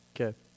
Okay